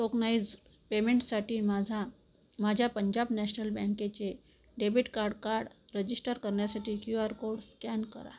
tokenised पेमेंटसाठी माझा माझ्या पंजाब नॅशनल बँकेचे डेबिट कार्ड कार्ड रजिस्टर करण्यासाठी क्यू आर कोड स्कॅन करा